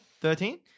Thirteen